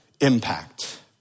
impact